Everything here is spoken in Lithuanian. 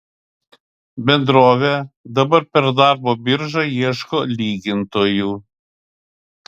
bendrovė dabar per darbo biržą ieško lygintojų